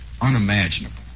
unimaginable